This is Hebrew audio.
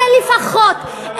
לפחות,